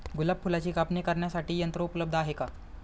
गुलाब फुलाची कापणी करण्यासाठी यंत्र उपलब्ध आहे का?